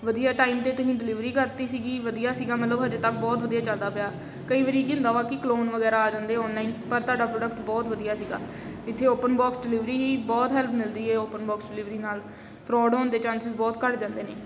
ਵਧੀਆ ਟਾਈਮ 'ਤੇ ਤੁਸੀਂ ਡਿਲੀਵਰੀ ਕਰਤੀ ਸੀਗੀ ਵਧੀਆ ਸੀਗਾ ਮਤਲਬ ਅਜੇ ਤੱਕ ਬਹੁਤ ਵਧੀਆ ਚੱਲਦਾ ਪਿਆ ਕਈ ਵਾਰੀ ਕੀ ਹੁੰਦਾ ਵਾ ਕਿ ਕਲੋਨ ਵਗੈਰਾ ਆ ਜਾਂਦੇ ਔਨਲਾਈਨ ਪਰ ਤੁਹਾਡਾ ਪ੍ਰੋਡਕਟ ਬਹੁਤ ਵਧੀਆ ਸੀਗਾ ਇੱਥੇ ਓਪਨ ਬੋਕਸ ਡਿਲੀਵਰੀ ਹੀ ਬਹੁਤ ਹੈਲਪ ਮਿਲਦੀ ਆ ਓਪਨ ਬੋਕਸ ਡਿਲੀਵਰੀ ਨਾਲ ਫਰੋਡ ਹੋਣ ਦੇ ਚਾਂਸਿਸ ਬਹੁਤ ਘੱਟ ਜਾਂਦੇ ਨੇ